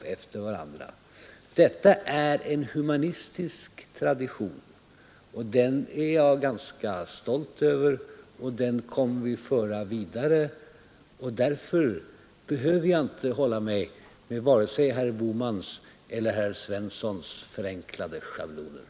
Detta är en humanistisk tradition och den är jag stolt över. Vi kommer att föra den vidare, och därför behöver jag inte hålla mig med vare sig herr Bohmans eller herr Svenssons förenklade schabloner.